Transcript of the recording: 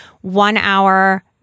one-hour